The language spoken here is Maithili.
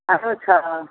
आओर छऽ